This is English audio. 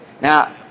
Now